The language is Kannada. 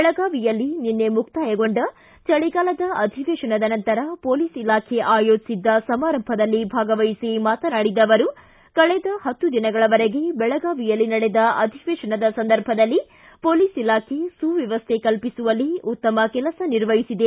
ಬೆಳಗಾವಿಯಲ್ಲಿ ನಿನ್ನೆ ಮುಕ್ತಾಯಗೊಂಡ ಚಳಗಾಲದ ಅಧಿವೇಶನದ ನಂತರ ಪೊಲೀಸ್ ಇಲಾಖೆ ಆಯೋಜಿಸಿದ್ದ ಸಮಾರಂಭದಲ್ಲಿ ಭಾಗವಹಿಸಿ ಮಾತನಾಡಿದ ಅವರು ಕಳೆದ ಹತ್ತು ದಿನಗಳವರೆಗೆ ಬೆಳಗಾವಿಯಲ್ಲಿ ನಡೆದ ಅಧಿವೇಶನದ ಸಂದರ್ಭದಲ್ಲಿ ಹೊಲೀಸ್ ಇಲಾಖೆ ಸುವ್ಧಮ್ಹೆ ಕಲ್ಪಿಸುವಲ್ಲಿ ಉತ್ತಮ ಕೆಲಸ ನಿರ್ವಹಿಸಿದೆ